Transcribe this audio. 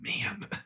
man